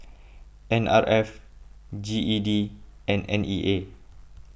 N R F G E D and N E A